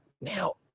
now